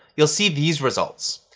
you'll see these results.